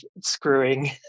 screwing